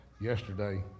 yesterday